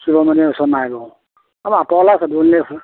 শিৱ মন্দিৰ ওচৰত নাই অলপ আঁতৰলৈ আছে দূৰণিলৈ আছে